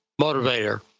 motivator